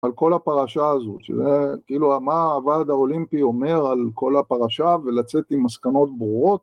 על כל הפרשה הזאת, כאילו מה הוועד האולימפי אומר על כל הפרשה ולצאת עם מסקנות ברורות